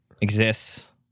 exists